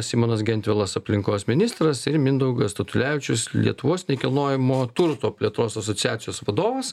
simonas gentvilas aplinkos ministras ir mindaugas statulevičius lietuvos nekilnojamo turto plėtros asociacijos vadovas